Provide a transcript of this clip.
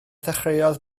ddechreuodd